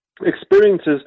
experiences